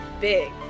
big